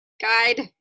Guide